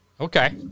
Okay